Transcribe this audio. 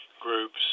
groups